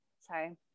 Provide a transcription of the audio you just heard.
sorry